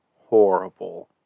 horrible